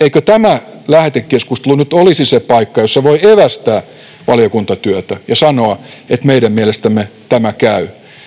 Eikö tämä lähetekeskustelu nyt olisi se paikka, jossa voi evästää valiokuntatyötä ja sanoa, että meidän mielestämme tämä käy?